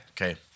Okay